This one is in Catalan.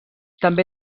també